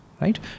right